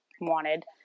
wanted